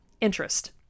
interest